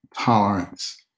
tolerance